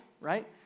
right